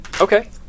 Okay